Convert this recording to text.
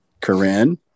Corinne